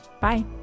bye